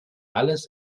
alles